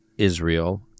Israel